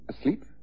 asleep